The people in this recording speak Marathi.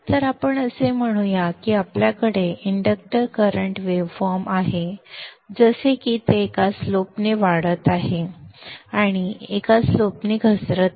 तर आपण असे म्हणूया की आपल्याकडे इंडक्टर करंट वेव्ह फॉर्म आहे जसे की ती एका स्लोप ने वाढत आहे आणि एका स्लोप ने घसरत आहे